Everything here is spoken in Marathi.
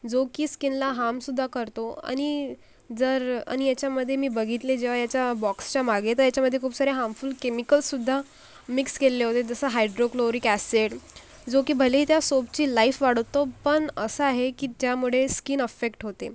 जो की स्किनला हार्मसुद्धा करतो आणि जर आणि याच्यामध्ये मी बघितले जेव्हा ह्याच्या बॉक्सच्या मागे तर याच्यामध्ये खूप सारे हार्मफुल केमिकलसुद्धा मिक्स केलेले होते जसं हाइड्रोक्लोरिक ॲसिड जो की भलेही त्या सोपची लाईफ वाढवतो पण असं आहे की ज्यामुळे स्किन अफेक्ट होते